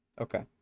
okay